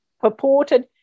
purported